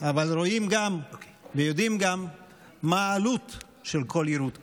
אבל רואים ויודעים גם מה העלות של כל יירוט כזה.